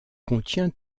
contient